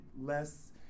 less